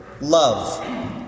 love